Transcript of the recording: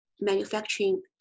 manufacturing